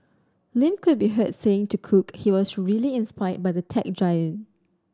Lin could be heard saying to cook he was really inspired by the tech giant